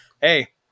hey